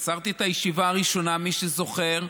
עצרתי את הישיבה הראשונה, מי שזוכר.